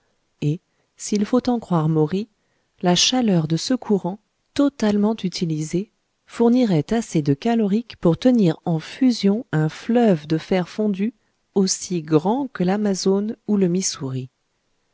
et s'il faut en croire maury la chaleur de ce courant totalement utilisée fournirait assez de calorique pour tenir en fusion un fleuve de fer fondu aussi grand que l'amazone ou le missouri